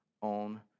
on